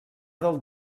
del